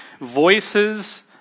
voices